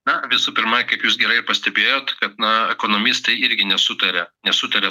na visų pirma kaip jūs gerai pastebėjot kad na ekonomistai irgi nesutaria nesutaria